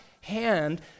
hand